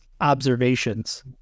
observations